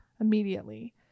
immediately